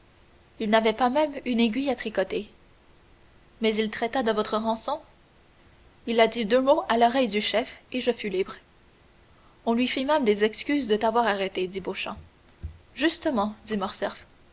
il n'avait pas même une aiguille à tricoter mais il traita de votre rançon il dit deux mots à l'oreille du chef et je fus libre on lui fit même des excuses de vous avoir arrêté dit beauchamp justement dit